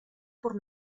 por